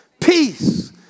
peace